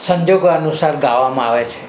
સંજોગો અનુસાર ગાવામાં આવે છે